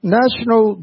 national